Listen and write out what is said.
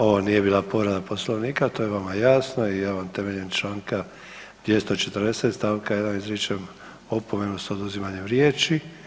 Ovo nije bila povreda Poslovnika, to je vama jasno i ja vam temeljem Članka 240. stavka 1. izričem opomenu s oduzimanjem riječi.